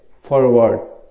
forward